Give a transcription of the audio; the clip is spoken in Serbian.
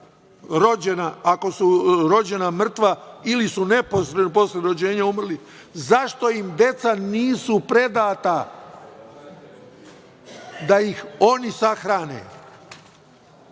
ako su deca rođena mrtva ili su neposredno posle rođenja umrla, zašto im deca nisu predata da ih oni sahrane?